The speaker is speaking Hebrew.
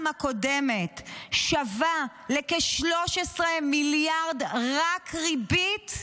הקודמת שווה לכ-13 מיליארד רק בריבית?